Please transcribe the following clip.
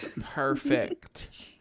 perfect